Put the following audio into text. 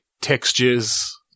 textures